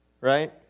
right